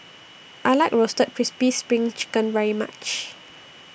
I like Roasted Crispy SPRING Chicken very much